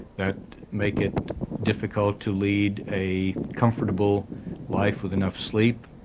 that make it difficult to lead a comfortable life with enough sleep.